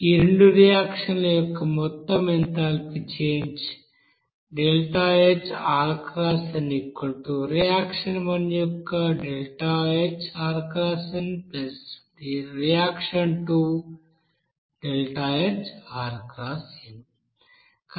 ఈ రెండు రియాక్షన్ ల యొక్క మొత్తం enthalpy change ΔHRxn reaction 1 ΔHRxn reaction 2 ΔHRxn